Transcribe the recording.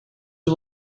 you